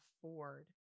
afford